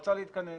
רוצה להתכנס